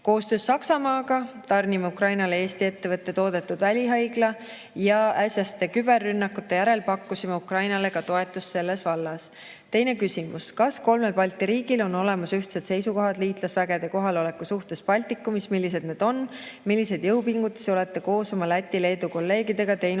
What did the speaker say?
Koostöös Saksamaaga tarnime Ukrainale Eesti ettevõtte toodetud välihaigla ja äsjaste küberrünnakute järel pakkusime Ukrainale toetust ka selles vallas. Teine küsimus: "Kas kolmel Balti riigil on olemas ühtsed seisukohad liitlasvägede kohaloleku suhtes Baltikumis? Millised need on? Milliseid jõupingutusi olete koos oma Läti ja Leedu kolleegidega teinud